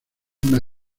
una